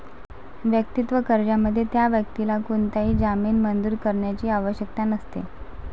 वैयक्तिक कर्जामध्ये, त्या व्यक्तीला कोणताही जामीन मंजूर करण्याची आवश्यकता नसते